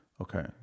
Okay